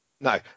No